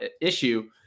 issue